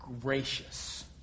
gracious